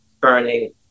burning